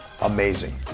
amazing